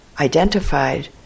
identified